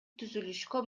түзүлүшкө